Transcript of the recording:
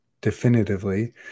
definitively